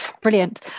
brilliant